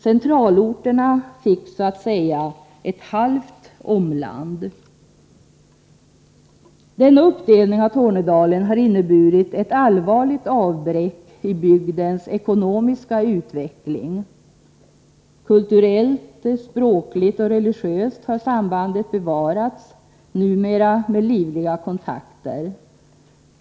Centralorterna fick så att säga ett halvt omland. Denna uppdelning av Tornedalen har inneburit ett allvarligt avbräck i bygdens ekonomiska utveckling. Kulturellt, språkligt och religiöst har sambandet bevarats, numera med livliga kontakter.